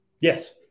Yes